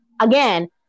again